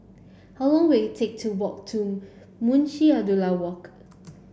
how long will it take to walk to Munshi Abdullah Walk